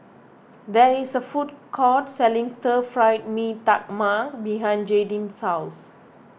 there is a food court selling Stir Fried Mee Tai Mak behind Jaydin's house